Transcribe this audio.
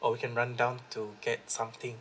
or we can run down to get something